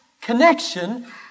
connection